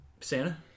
Santa